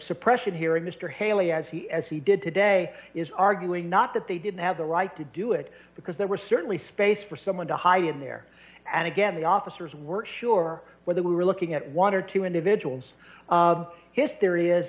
suppression hearing mr haley as he as he did today is arguing not that they didn't have the right to do it because there were certainly space for someone to hide in there and again the officers were sure whether we were looking at one or two individuals